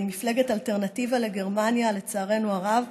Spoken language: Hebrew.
מפלגת אלטרנטיבה לגרמניה, לצערנו הרב,